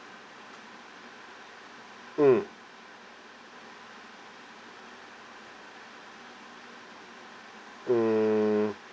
mm hmm